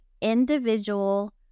individual